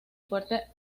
fuerte